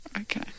Okay